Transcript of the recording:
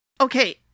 okay